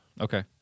Okay